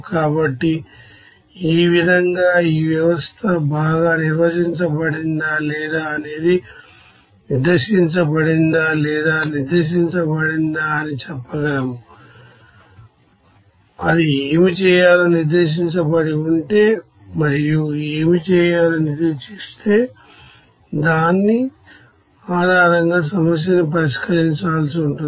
కాబట్టి ఈ విధంగా ఈ వ్యవస్థ బాగా నిర్వచించబడిందా లేదా అనేది నిర్దేశించబడిందా లేదా నిర్దేశించబడిందా అని చెప్పగలను అది ఏమి చేయాలో నిర్దేశించబడి ఉంటే మరియు ఏమి చేయాలో నిర్దేశిస్తే దాని ఆధారంగా సమస్యను పరిష్కరించాల్సి ఉంటుంది